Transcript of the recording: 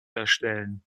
erstellen